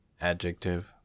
Adjective